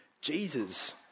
Jesus